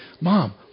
Mom